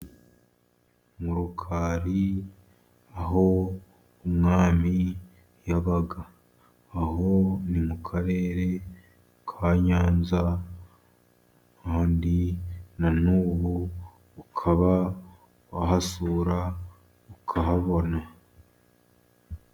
Mu Rukari, aho umwami yabaga. Aho ni mu karere ka Nyanza, kandi nanubu ukaba wahasura ukahabona.